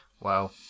Wow